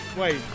wait